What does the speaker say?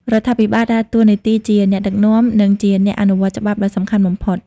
រដ្ឋាភិបាលដើរតួនាទីជាអ្នកដឹកនាំ និងជាអ្នកអនុវត្តច្បាប់ដ៏សំខាន់បំផុត។